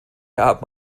haben